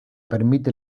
permite